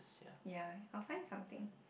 ya I'll find something